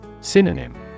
Synonym